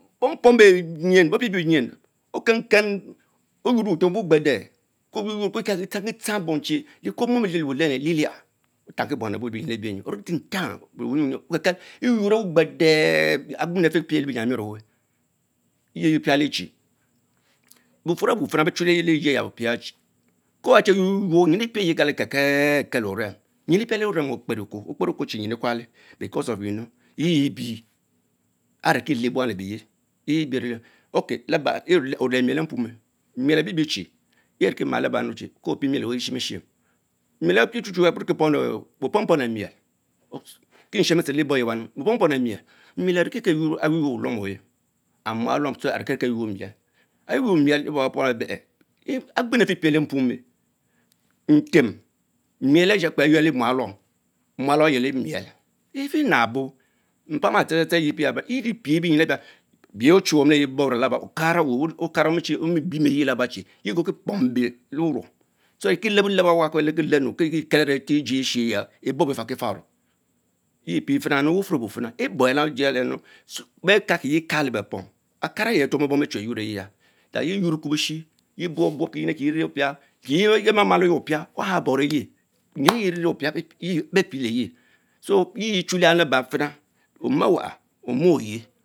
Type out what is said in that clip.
Pom pom benyin okenken, oynrr Le butem ebueh gbedee, ke etzankie trang bom chie leknou mom elie wen the lilish, otahhki bnan ebue beyin ebrenyi onaki tentalsh equotes yurr qbedee agbent afipich lebiyan mion owen, yen piale are butar ebun-fina beeh bechukye lejiene opiats chie ko wan bey crie quon enginn prale yie kalo kel kel kel orem, rminn Plale ovem okparikwo, okperikuo belaule, mo Mie mymu prale of my webie, pese areketch ovie le miel le mpuomeh, miel abiebie chie, yeh rikie malábannum chie ko piel miel oweh kie shemeshion, spom pom lemid. lee bork yawa, Kie ohenbitshem Lemies, miel anke mpom Ke auh y noyo pom Boven welom oven and mualom arée ke eyno yno mad miel, egmorem bom bepual eberh agbenu ah filpigh le mpuo omen, intem miel ashe yeli malom, mualom athe weli miel efinabo mpam sure the the the yeh ree pien beh, bich ochiue omnicle ye louro okara omie lorem erge Laba cuie yeal kurki pom mbe lewanong le wunum so kie lebelihwa kil lenkilenu kie yea beel are bei jie eshichya ebobofariki faro, yeu pael fria lebufurr abufina ebonia lesie aya numm bay kalkeye kalo befom akara yeh tromen bedine quur leye-you that yeh yuor kubusin yen bnob buab kiyin akie kin opia epia bey boroyek kil yeh mamalke opis Müreyerine opia ben pie le yie, so yie chalieyalaba omen ewa omeh oyeh.